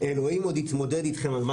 אם הוא קיבוצניק בעקבות המעפיל,